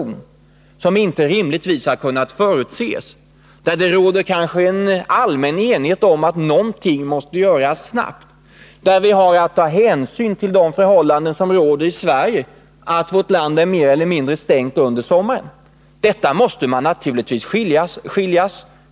Vid ett extraval har vi ju en situation som inte rimligtvis har kunnat förutses, där det kanske råder en allmän enighet om att någonting måste göras snabbt och där vi har att ta hänsyn till de förhållanden som råder i Sverige, nämligen att vårt land är mer eller mindre stängt under sommaren. Detta måste man naturligtvis skilja på.